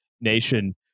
Nation